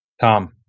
Tom